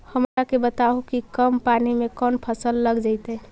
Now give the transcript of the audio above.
हमरा के बताहु कि कम पानी में कौन फसल लग जैतइ?